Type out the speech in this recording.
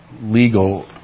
legal